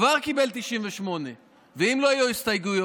וכבר קיבל 98. ואם לא יהיו הסתייגויות?